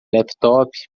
laptop